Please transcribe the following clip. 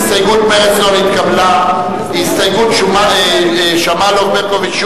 ההסתייגות של קבוצת סיעת קדימה לסעיף 36,